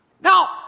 Now